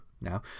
now